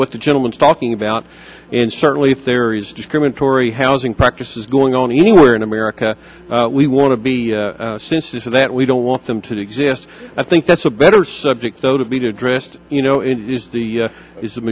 what the gentleman stalking about and certainly if there is discriminatory housing practices going on anywhere in america we want to be sincere so that we don't want them to exist i think that's a better subject though to be addressed you know it is the is the